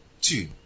Two